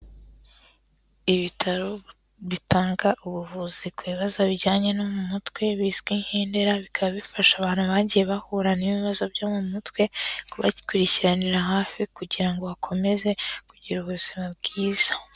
Ibitaro bitanga ubuvuzi ku bibazo bijyanye no mu mutwe bizwi nk'indera bikaba bifasha abantu bagiye bahura n'ibibazo byo mu mutwe kubakurikiranira hafi kugira ngo bakomeze kugira ubuzima bwiza.